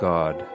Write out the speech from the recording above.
God